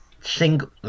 single